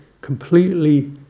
completely